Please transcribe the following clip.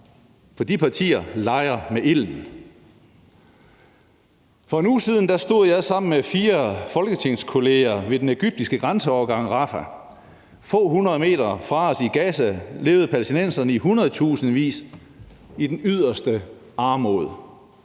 for de partier leger med ilden. For en uge siden stod jeg sammen med fire folketingskolleger ved den egyptiske grænseovergang Rafah. Få hundrede meter fra os i Gaza levede palæstinenserne i hundredtusindvis i den yderste armod.